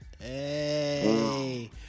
Hey